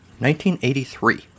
1983